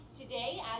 Today